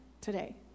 today